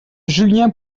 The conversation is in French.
julien